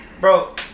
Bro